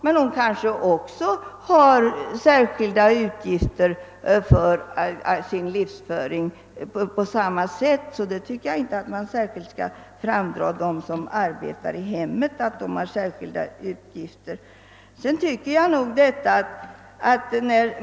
Men också hon har kanske särskilda utgifter för sin livsföring; enligt min mening kan man inte hävda att det speciellt skulle gälla dem som arbetar i hemmet.